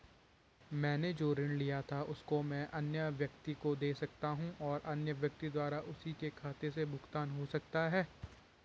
मैंने जो ऋण लिया था उसको मैं अन्य व्यक्ति को दें सकता हूँ और अन्य व्यक्ति द्वारा उसी के खाते से भुगतान हो सकता है?